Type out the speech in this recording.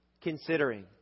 considering